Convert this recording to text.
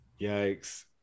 Yikes